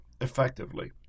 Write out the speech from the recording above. effectively